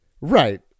Right